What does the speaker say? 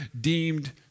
deemed